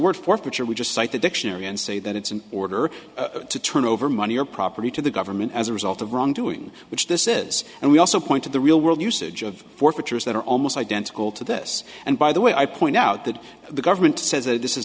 word forfeiture we just cite the dictionary and say that it's an order to turn over money or property to the government as a result of wrongdoing which this is and we also point to the real world usage of forfeitures that are almost identical to this and by the way i point out that the government says th